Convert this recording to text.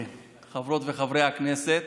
חברות וחברי הכנסת,